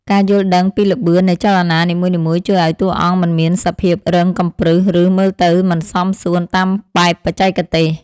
ការយល់ដឹងពីល្បឿននៃចលនានីមួយៗជួយឱ្យតួអង្គមិនមានសភាពរឹងកំព្រឹស ឬ មើលទៅមិនសមសួនតាមបែបបច្ចេកទេស។